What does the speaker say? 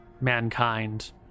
mankind